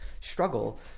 struggle